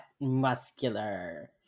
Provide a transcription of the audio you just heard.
muscular